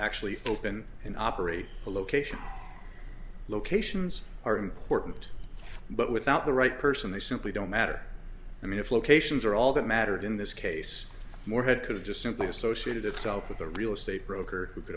actually open and operate a location locations are important but without the right person they simply don't matter i mean if locations are all that mattered in this case morehead could have just simply associated itself with a real estate broker who could